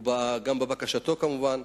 וגם לבקשתו כמובן,